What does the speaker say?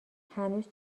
هنوز